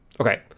Okay